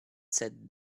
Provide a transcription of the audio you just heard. set